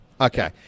Okay